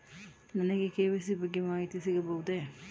ನನಗೆ ಕೆ.ವೈ.ಸಿ ಬಗ್ಗೆ ಮಾಹಿತಿ ಸಿಗಬಹುದೇ?